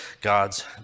God's